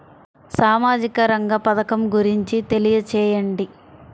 సామాజిక రంగ పథకం గురించి తెలియచేయండి?